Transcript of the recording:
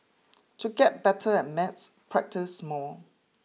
to get better at maths practise more